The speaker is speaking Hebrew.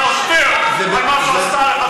ואתם רוצים את הפלסטינים אזרחים.